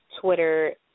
Twitter